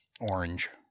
orange